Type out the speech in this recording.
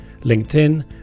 LinkedIn